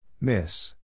Miss